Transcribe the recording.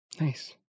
Nice